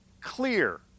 clear